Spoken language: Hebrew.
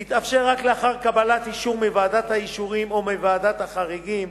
ותתאפשר רק לאחר קבלת אישור מוועדת האישורים או מוועדת החריגים,